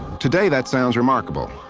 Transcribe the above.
today that sounds remarkable.